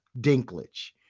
Dinklage